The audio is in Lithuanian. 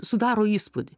sudaro įspūdį